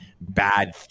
bad